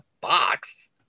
box